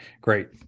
Great